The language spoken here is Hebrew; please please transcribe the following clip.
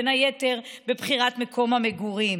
בין היתר בבחירת מקום המגורים,